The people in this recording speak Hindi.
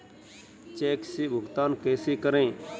चेक से भुगतान कैसे करें?